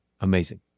Amazing